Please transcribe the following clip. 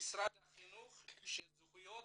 משרד החינוך שזכויות